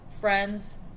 friends